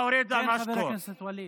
חבר הכנסת ווליד.